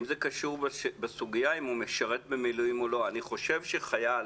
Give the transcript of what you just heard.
אני חושב שחייל